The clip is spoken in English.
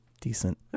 decent